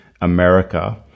America